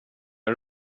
jag